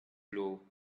blow